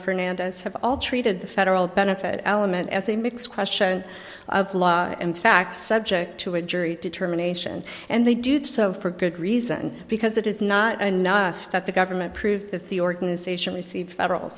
fernandez have all treated the federal benefit element as a mix question of law and fact subject to a jury determination and they did so for good reason because it is not enough that the government proved that the organization received federal